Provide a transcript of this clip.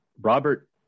Robert